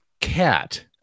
cat